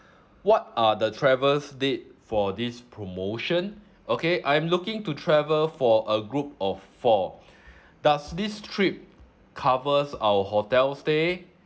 what are the travels date for this promotion okay I'm looking to travel for a group of four does this trip covers our hotel stay